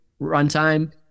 runtime